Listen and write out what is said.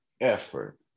effort